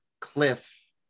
cliff